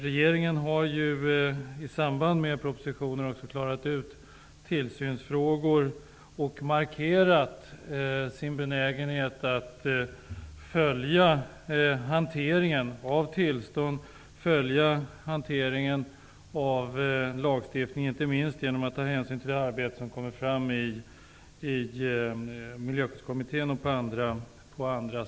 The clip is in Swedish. Regeringen har i samband med sin proposition klarat ut tillsynsfrågor och markerat sin benägenhet att följa hanteringen av tillstånden och av lagstiftningen, inte minst genom att hänsyn tas till det som kommer fram i t.ex. Miljöskyddskommittén.